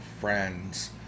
friends